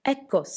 Ecco